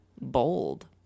bold